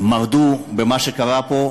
ומרדו במה שקרה פה,